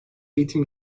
eğitim